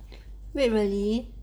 wait really